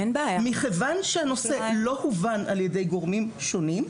מכיוון שהנושא לא הובן על ידי גורמים שונים,